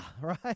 right